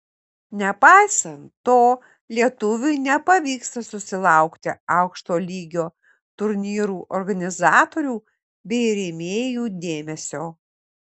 nepaisant to lietuviui nepavyksta susilaukti aukšto lygio turnyrų organizatorių bei rėmėjų dėmesio